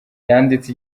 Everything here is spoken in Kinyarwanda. yanditse